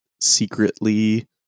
secretly